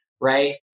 right